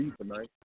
tonight